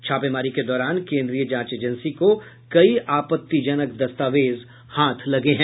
छापेमरी के दौरान केन्द्रीय जांच एजेंसी को कई आपत्तिजनक दस्तावेज हाथ लगे हैं